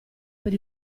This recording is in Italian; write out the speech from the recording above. per